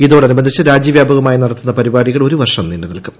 ഇതോടനുബന്ധിച്ച് രാജ്യവ്യാപകമായി നടത്തുന്ന പരിപാടികൾ ഒരു വർഷം നീണ്ടു നിൽക്കും